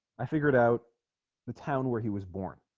i figured out the town where he was born